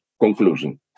conclusion